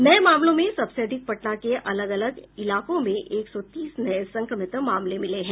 नये मामलों में सबसे अधिक पटना के अलग अलग इलाकों में एक सौ तीस नये संक्रमित मामले मिले हैं